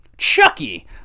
Chucky